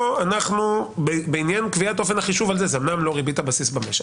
פה בעניין קביעת אופן החישוב זה אומנם לא ריבית הבסיס במשק,